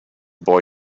boy